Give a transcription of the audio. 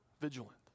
vigilant